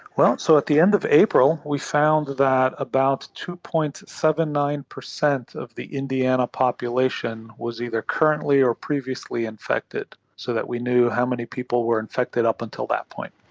well, so at the end of april we found that about two. seventy nine percent of the indiana population was either currently or previously infected, so that we knew how many people were infected up until that point.